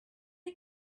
you